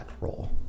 role